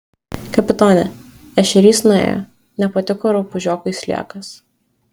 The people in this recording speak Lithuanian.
kapitone ešerys nuėjo nepatiko rupūžiokui sliekas